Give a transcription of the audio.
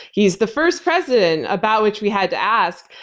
he's the first president about which we had to ask,